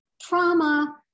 trauma